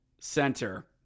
Center